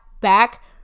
back